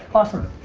awesome.